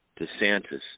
DeSantis